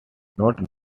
not